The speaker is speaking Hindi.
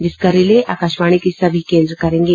जिसका रिले आकाशवाणी के सभी केन्द्र करेंगे